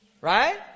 right